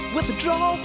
Withdraw